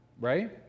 right